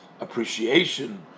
appreciation